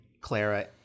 Clara